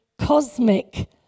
cosmic